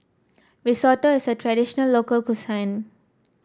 risotto is a traditional local cuisine